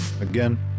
again